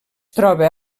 troba